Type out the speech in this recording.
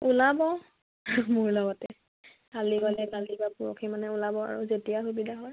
ওলাব মোৰ লগতে খালি মানে ওলাব আৰু যেতিয়া সুবিধা হয়